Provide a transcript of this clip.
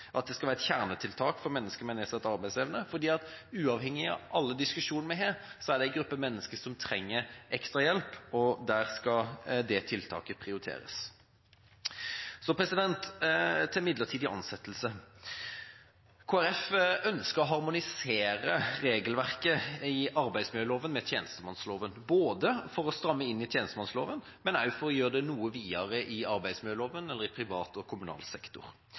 at det skal være et kjernetiltak for mennesker med nedsatt arbeidsevne. Uavhengig av alle diskusjonene vi har, er det en gruppe mennesker som trenger ekstra hjelp, og der skal det tiltaket prioriteres. Til midlertidig ansettelser: Kristelig Folkeparti ønsker å harmonisere regelverket i arbeidsmiljøloven med tjenestemannsloven for å stramme inn i tjenestemannsloven og også for å gjøre det noe videre i arbeidsmiljøloven – iprivat og kommunal sektor.